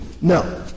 No